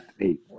eight